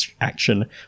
action